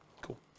Cool